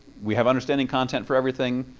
we have understanding content for everything.